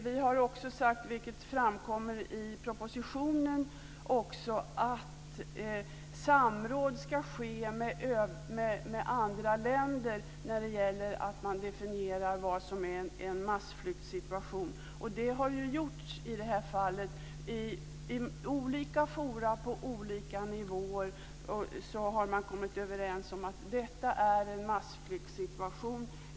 Vi har också sagt, vilket framkommer i propositionen, att samråd ska ske med andra länder för att definiera vad som är en massflyktssituation. Det har gjorts i det här fallet. I olika forum på olika nivåer har man kommit överens om att detta är en massflyktssituation.